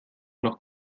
noch